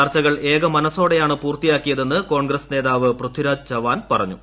ചർച്ചകൾ ഏക മനസോടെയാണ് പൂർത്തിയാക്കിയതെന്ന് കോൺഗ്രസ് നേതാവ് പൃഥ്വിരാജ് ചവാൻ പറഞ്ഞു